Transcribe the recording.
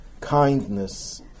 kindness